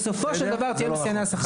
בסופו של דבר, תהיה בשיאני השכר.